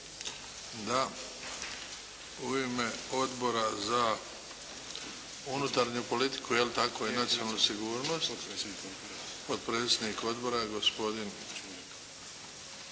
Da. U ime Odbora za unutarnju politiku i nacionalnu sigurnost, potpredsjednik Odbora gospodin